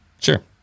Sure